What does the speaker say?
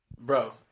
Bro